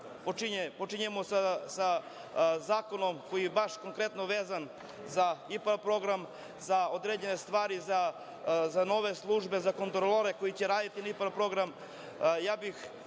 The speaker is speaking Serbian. počinjemo sa zakonom koji je baš konkretno vezan za IPARD program, za određene stvari, za nove službe, za kontrolore koji će raditi na IPARD programu,